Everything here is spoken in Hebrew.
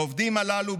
העובדים הללו,